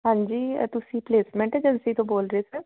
ਹਾਂਜੀ ਅ ਤੁਸੀਂ ਪਲੇਸਮੈਂਟ ਏਜੰਸੀ ਤੋਂ ਬੋਲ ਰਹੇ ਸਰ